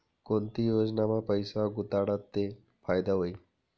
कोणती योजनामा पैसा गुताडात ते फायदा व्हई?